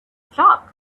flock